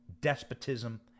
despotism